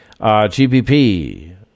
GPP